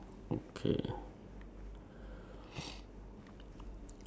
if the whole world stops at twenty one okay that's like no point already